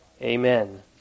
Amen